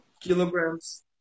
kilograms